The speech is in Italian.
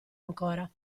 ancora